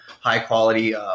high-quality